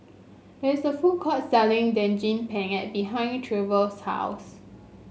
there is a food court selling Daging Penyet behind Trever's house